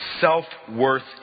self-worth